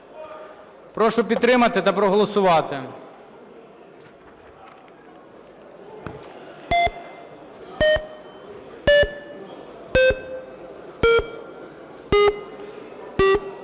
Прошу підтримати та проголосувати.